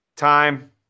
time